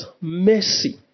Mercy